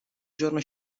giorno